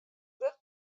grut